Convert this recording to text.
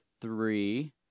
three